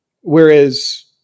Whereas